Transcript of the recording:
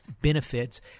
benefits